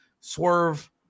Swerve